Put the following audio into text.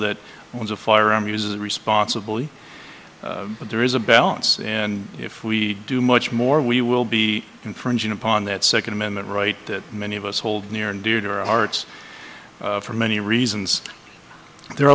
that owns a firearm uses a responsible but there is a balance and if we do much more we will be infringing upon that second amendment right that many of us hold near and dear to our hearts for many reasons there are